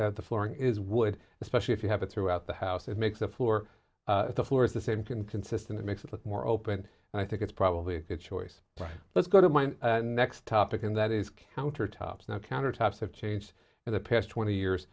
at the flooring is wood especially if you have it throughout the house it makes the floor the floors the same can consistent it makes it look more open and i think it's probably a good choice but let's go to my next topic and that is countertops now countertops have changed in the past twenty years